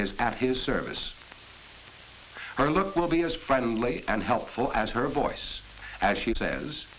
is at his service or look will be as friendly and helpful as her voice as she says